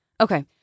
Okay